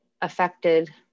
affected